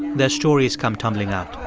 their stories come tumbling out